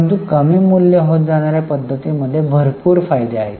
परंतु कमी मूल्य होत जाणाऱ्या पद्धतीमध्ये भरपूर फायदे आहेत